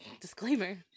Disclaimer